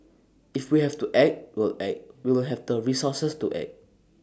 if we have to act we'll act we will have the resources to act